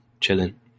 chilling